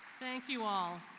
thank you all.